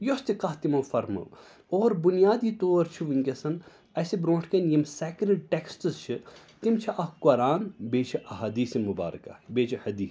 یۅس تہِ کَتھ تِمو فَرمٲو اور بُنیادی طور چھِ وُنکیٚس اسہِ بروٚنٹھ کٔنۍ یِم سیٚکرِڈ ٹیٚکٕسٹٕس چھِ تِم چھِ اَکھ قۅرآن بیٚیہِ چھِ آحادیٖثِ مُبارکہ بیٚیہِ چھِ حدیٖث